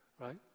right